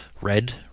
red